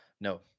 No